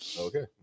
Okay